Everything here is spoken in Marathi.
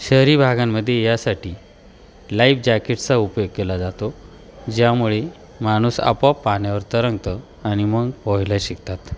शहरी भागांमध्ये यासाठी लाईफ जॅकेटचा उपयोग केला जातो ज्यामुळे माणूस आपोआप पाण्यावर तरंगतो आणि मग पोहायला शिकतात